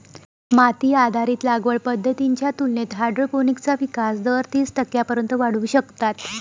माती आधारित लागवड पद्धतींच्या तुलनेत हायड्रोपोनिक्सचा विकास दर तीस टक्क्यांपर्यंत वाढवू शकतात